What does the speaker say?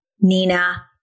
Nina